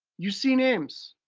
you see names.